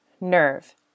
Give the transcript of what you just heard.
Nerve